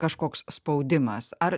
kažkoks spaudimas ar